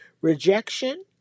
rejection